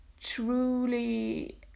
truly